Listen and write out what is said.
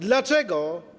Dlaczego?